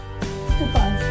goodbye